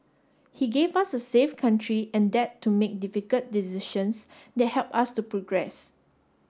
he gave us a safe country and dared to make difficult decisions that helped us to progress